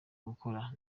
gukora